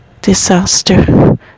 disaster